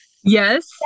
Yes